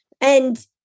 And-